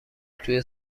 توی